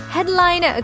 Headline